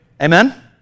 Amen